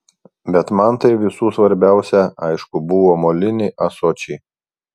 bet man tai visų svarbiausia aišku buvo moliniai ąsočiai